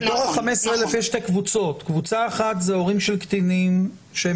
בתוך ה-15,000 יש שתי קבוצות: קבוצה אחת זה הורים של קטינים שהם